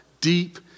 deep